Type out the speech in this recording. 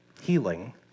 healing